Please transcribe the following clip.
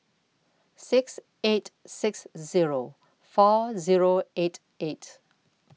six eight six Zero four Zero eight eight